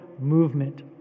movement